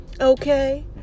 okay